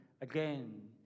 Again